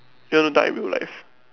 you want to dunk in real life